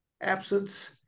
absence